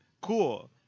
Cool